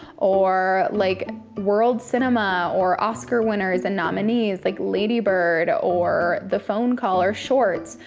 or like world cinema, or oscar winners and nominees, like lady bird, or the phone call, or shorts.